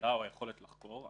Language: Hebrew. החקירה או היכולת לחקור.